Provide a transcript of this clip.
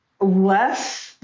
less